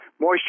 moisture